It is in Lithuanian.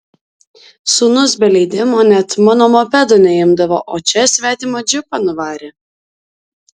sūnus be leidimo net mano mopedo neimdavo o čia svetimą džipą nuvarė